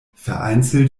vereinzelt